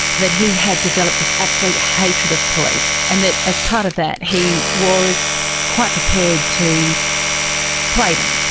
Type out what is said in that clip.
that he had developed this absolute hatred of police, and that as part of that he was quite prepared to play them,